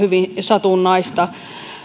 hyvin satunnaista